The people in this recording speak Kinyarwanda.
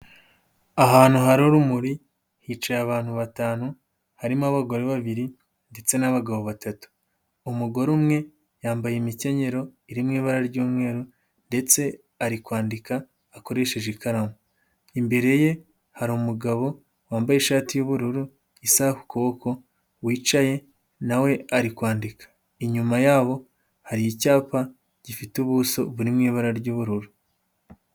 Ahantu hari urumuri hicaye abantu batanu, harimo abagore babiri ndetse n'abagabo batatu. Umugore umwe yambaye imikenyero iri mu ibara ry'umweru ndetse ari kwandika akoresheje ikaramu. Imbere ye hari umugabo wambaye ishati y'ubururu, isaha ku kuboko, wicaye na we ari kwandika. Inyuma yabo hari icyapa gifite ubuso buri mu ibara ry'ubururu.